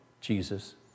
Jesus